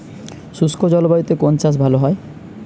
শুষ্ক জলবায়ুতে কোন চাষ ভালো হয়?